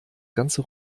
ganze